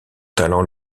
talent